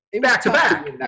back-to-back